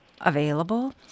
available